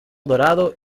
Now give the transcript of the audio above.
dorado